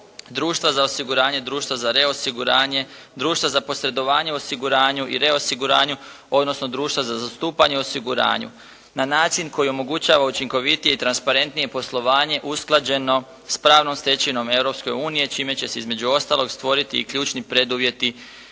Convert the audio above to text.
društva za osiguranje, društva za reosiguranje, društva za posredovanje u osiguranju i reosiguranju, odnosno društva za zastupanje osiguranju na način koji omogućava učinkovitije i transparentnije poslovanje usklađeno s pravnom stečevinom Europske unije, čime će se između ostalog stvoriti i ključni preduvjeti